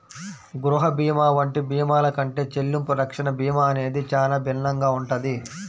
గృహ భీమా వంటి భీమాల కంటే చెల్లింపు రక్షణ భీమా అనేది చానా భిన్నంగా ఉంటది